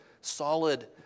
solid